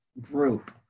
group